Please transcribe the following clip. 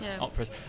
operas